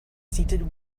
seated